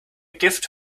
gift